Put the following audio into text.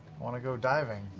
want to go diving,